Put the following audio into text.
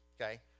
okay